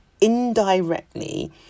indirectly